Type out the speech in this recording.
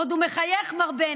עוד הוא מחייך, מר בנט.